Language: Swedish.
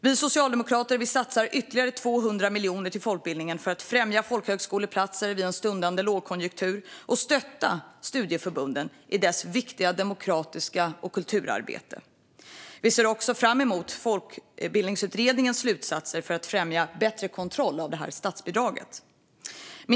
Vi socialdemokrater vill satsa ytterligare 200 miljoner på folkbildningen för att främja folkhögskoleplatser i stundande lågkonjunktur och stötta studieförbunden i deras viktiga demokrati och kulturarbete. Vi ser också fram emot folkbildningsutredningens slutsatser för att främja bättre kontroll av statsbidraget.